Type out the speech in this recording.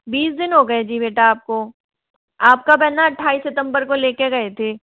बीस दिन हो गए जी बेटा आपको आपका कब है ना अट्ठाईस सितम्बर को लेके गए थे